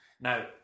Now